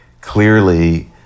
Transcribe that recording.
clearly